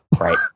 Right